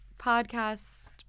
podcast